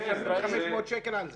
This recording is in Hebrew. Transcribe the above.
כן, אבל זה --- הם משלמים 500 שקל על זה,